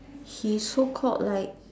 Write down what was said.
he's so called like